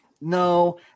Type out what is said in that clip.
no